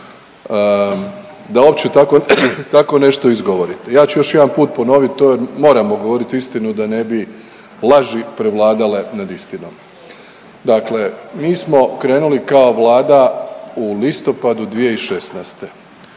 da uopće tako nešto izgovorite. Ja ću još jedanput ponovit to, moramo govorit istinu da ne bi laži prevladale nad istinom. Dakle, mi smo krenuli kao vlada u listopadu 2016.,